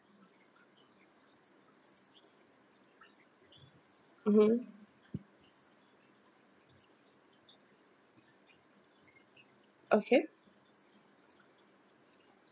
mmhmm okay